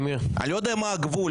אני לא יודע מה הגבול.